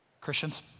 Christians